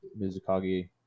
Mizukagi